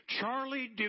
Charlie